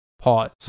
Pause